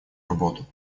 работу